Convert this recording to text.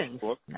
book